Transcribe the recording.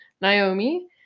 Naomi